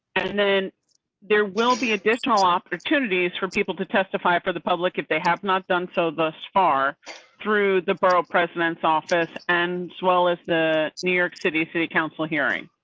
and then there will be additional opportunities for people to testify for the public if they have not done. so thus far through the burrow president's office. and as well as the new york city city council hearing.